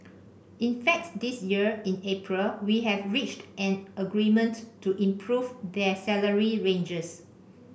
in fact this year in April we have reached an agreement to improve their salary ranges